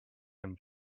him